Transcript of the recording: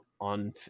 on